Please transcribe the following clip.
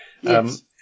Yes